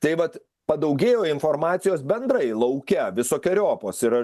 tai vat padaugėjo informacijos bendrai lauke visokeriopos yra